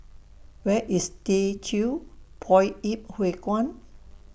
Where IS Teochew Poit Ip Huay Kuan